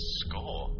score